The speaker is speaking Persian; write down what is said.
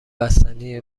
بستنی